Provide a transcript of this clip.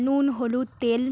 নুন হলুদ তেল